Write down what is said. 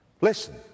Listen